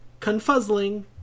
Confuzzling